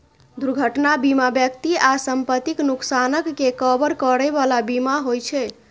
दुर्घटना बीमा व्यक्ति आ संपत्तिक नुकसानक के कवर करै बला बीमा होइ छे